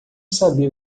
sabia